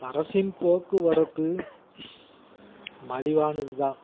அரசின் போக்குவரத்து மலிவானது தான்